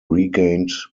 regained